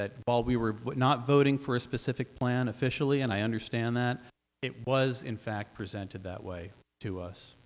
that we were not voting for a specific plan officially and i understand that it was in fact presented that way to us